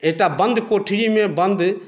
एकटा बन्द कोठलीमे बन्द